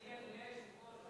אדוני היושב-ראש,